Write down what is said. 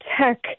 tech